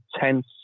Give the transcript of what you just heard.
tense